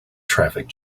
traffic